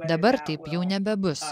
dabar taip jau nebebus